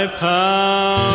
power